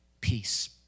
peace